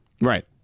Right